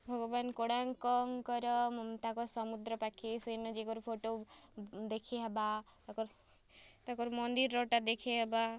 ଭଗ୍ବାନ୍ କୋଣାର୍କଙ୍କର ତାକର୍ ସମୁଦ୍ର ପାଖେ ସେନେ ଯାଇକରି ଫଟୋ ଦେଖି ହେବା ତାକର୍ ତାକର୍ ମନ୍ଦିର୍ରଟା ଦେଖି ହେବା